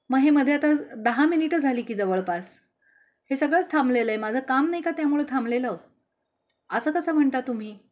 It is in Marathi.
मग हे मध्ये आता दहा मिनिटं झाली की जवळपास हे सगळंच थांबलेलं आहे माझं काम नाही का त्यामुळं थांबलेलं असं कसं म्हणता तुम्ही